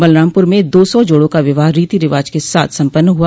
बलरामपुर में दो सौ जोड़ों का विवाह रीति रिवाज के साथ सम्पन्न हुआ